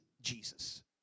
Jesus